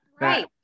Right